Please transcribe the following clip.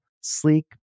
sleek